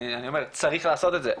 אני אומר צריך לעשות את זה,